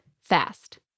fast